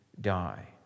die